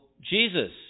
Jesus